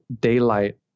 daylight